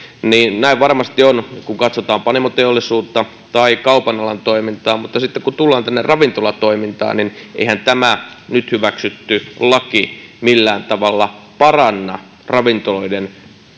niin näin varmasti on kun katsotaan panimoteollisuutta tai kaupan alan toimintaa mutta sitten kun tullaan tänne ravintolatoimintaan niin eihän tämä nyt hyväksytty laki millään tavalla paranna ravintoloiden